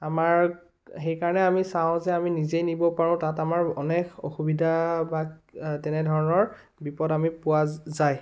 আমাৰ সেইকাৰণে আমি চাওঁ যে আমি নিজে নিব পাৰোঁ তাত আমাৰ অনেক অসুবিধা বা তেনেধৰণৰ বিপদ আমি পোৱা যায়